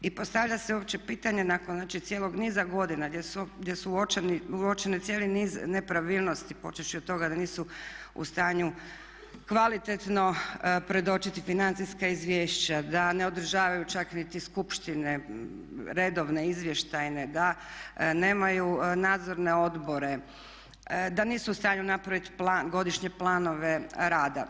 I postavlja se uopće pitanje nakon znači cijelog niza godina gdje su uočene cijeli niz nepravilnosti počevši od toga da nisu u stanju kvalitetno predočiti financijska izvješća, da ne održavaju čak niti skupštine redovne, izvještajne, da nemaju nadzorne odbore, da nisu u stanju napravit godišnje planove rada.